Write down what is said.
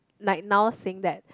like now saying that